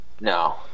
No